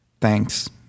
thanks